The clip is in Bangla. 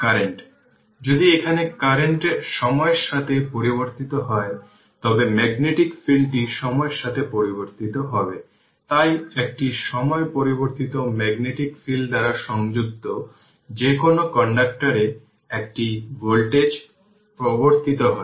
যদি এখানে কারেন্ট সময়ের সাথে পরিবর্তিত হয় তবে ম্যাগনেটিক ফিল্ডটি সময়ের সাথে পরিবর্তিত হবে তাই একটি সময় পরিবর্তিত ম্যাগনেটিক ফিল্ড দ্বারা সংযুক্ত যেকোনো কন্ডাকটর এ একটি ভোল্টেজ প্রবর্তিত হয়